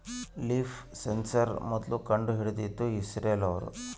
leaf sensor ಮೊದ್ಲು ಕಂಡು ಹಿಡಿದಿದ್ದು ಇಸ್ರೇಲ್ ಅವ್ರು